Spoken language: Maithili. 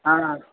हाँ हाँ